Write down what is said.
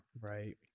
Right